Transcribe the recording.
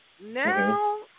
Now